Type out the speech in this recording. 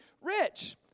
rich